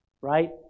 right